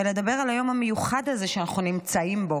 ולדבר על היום המיוחד הזה שאנחנו נמצאים בו,